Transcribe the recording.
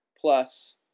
Plus